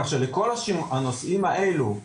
כך שלכל הנושאים האלה,